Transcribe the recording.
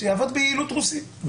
שיעבוד ביעילות רוסית,